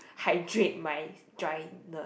hydrate my dryness